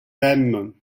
aime